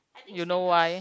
you know why